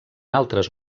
altres